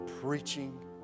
preaching